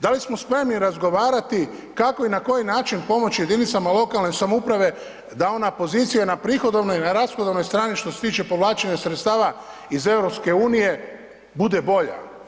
Da li smo spremni razgovarati kako i na koji način pomoći jedinicama lokalne samouprave ... na pozicije na prihodovnoj i rashodovnoj strani što se tiče povlačenja sredstava iz EU-a, bude bolja?